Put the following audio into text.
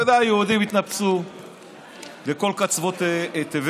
אתה יודע, היהודים נפוצו לכל קצוות תבל,